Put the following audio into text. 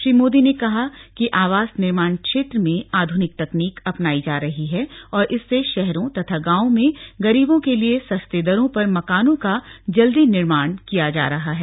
श्री मोदी ने कहा कि आवास निर्माण क्षेत्र में आधुनिक तकनीक अपनायी जा रही है और इससे शहरों तथा गांवों में गरीबों के लिए सस्ते दरों पर मकानों का जल्दी निर्माण किया जा रहा है